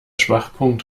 schwachpunkt